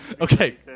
Okay